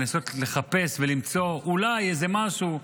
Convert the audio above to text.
לנסות לחפש ולמצוא אולי איזה משהו.